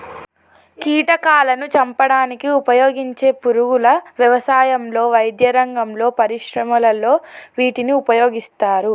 కీటకాలాను చంపడానికి ఉపయోగించే పురుగుల వ్యవసాయంలో, వైద్యరంగంలో, పరిశ్రమలలో వీటిని ఉపయోగిస్తారు